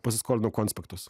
pasiskolinau konspektus